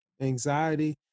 anxiety